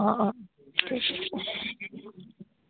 অঁ অঁ